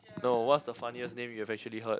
no what's the funniest name you have actually heard